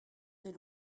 des